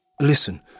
Listen